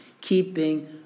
keeping